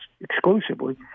exclusively